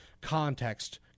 context